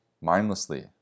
mindlessly